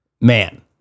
man